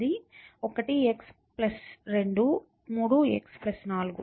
ఇది 1 x 2 3 x 4